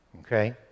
okay